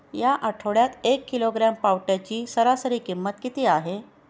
या आठवड्यात एक किलोग्रॅम पावट्याची सरासरी किंमत किती आहे?